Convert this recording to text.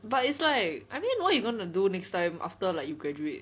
but it's like I mean what you gonna do next time after like you graduate